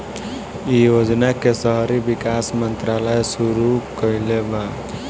इ योजना के शहरी विकास मंत्रालय शुरू कईले बा